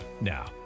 Now